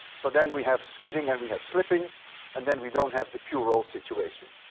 so then we have skidding and we have slipping and then we don't have the pure roll situation.